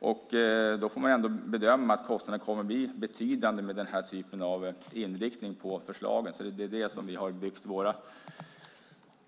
Man får ändå bedöma att kostnaderna kommer att bli betydande med den här typen av inriktning på förslagen. Det är vad vi har byggt våra